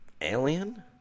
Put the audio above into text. Alien